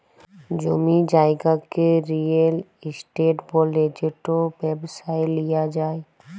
জমি জায়গাকে real estate ব্যলে যেট ব্যবসায় লিয়া যায়